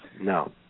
No